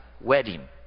wedding